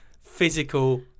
physical